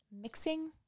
mixing